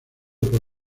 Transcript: por